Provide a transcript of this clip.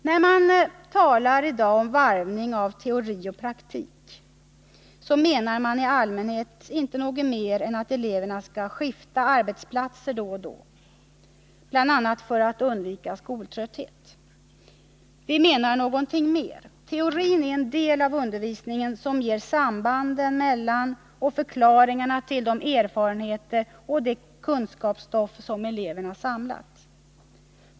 När man i dag talar om varvning av teori och praktik, så menar man i allmänhet inte något mer än att eleverna skall skifta arbetsplatser då och då, bl.a. för att undvika skoltrötthet. Vi menar någonting mer. Teorin är den del av undervisningen som ger sambanden mellan och förklaringarna till de erfarenheter och det kunskapsstoff som eleverna har samlat.